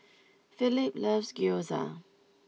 Felipe loves Gyoza